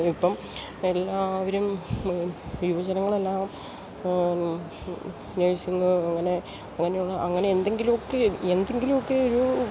ഇപ്പം എല്ലാവരും യുവജനങ്ങളെല്ലാം ആണ് നേഴ്സിംഗ് അങ്ങനെ അങ്ങനെയുള്ള അങ്ങനെ എന്തെങ്കിലുമൊക്കെ എന്തെങ്കിലുമൊക്കെ ഒരു